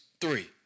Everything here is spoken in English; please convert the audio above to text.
three